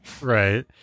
Right